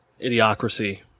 Idiocracy